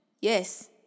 yes